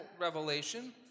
revelation